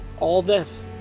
all this.